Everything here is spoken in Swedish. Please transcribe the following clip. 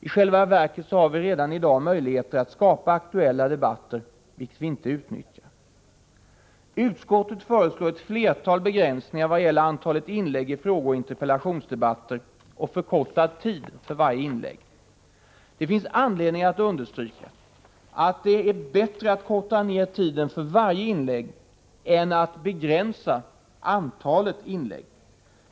I själva verket har vi redan i dag möjlighet att skapa aktuella debatter, som vi inte utnyttjar. Utskottet föreslår ett flertal begränsningar vad gäller antalet inlägg i frågeoch interpellationsdebatter och förkortad tid för varje inlägg. Det finns anledning att understryka att det är bättre att korta ner tiden för varje inlägg än att begränsa antalet inlägg.